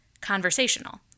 conversational